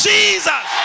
Jesus